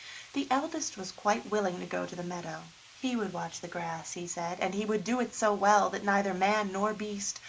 the eldest was quite willing to go to the meadow he would watch the grass, he said, and he would do it so well that neither man, nor beast,